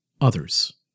others